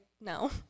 no